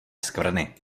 skvrny